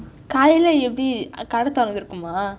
காலையிலே எப்படி கடை திறந்திருக்குமா:kalaiyilai eppadi kadai thiranthirukkuma